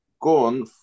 gone